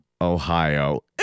Ohio